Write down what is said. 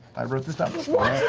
i wrote this down. laura